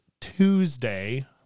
Tuesday